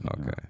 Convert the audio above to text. Okay